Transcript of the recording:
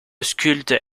sculpte